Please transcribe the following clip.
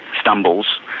stumbles